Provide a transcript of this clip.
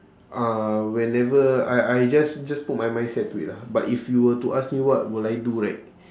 uh whenever I I just just put my mindset to it lah but if you were to ask me what will I do right